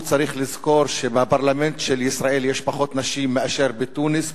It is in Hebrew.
הוא צריך לזכור שבפרלמנט של ישראל יש פחות נשים מאשר בתוניס,